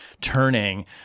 turning